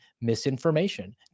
misinformation